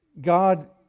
God